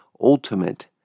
ultimate